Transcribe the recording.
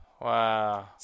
Wow